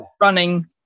running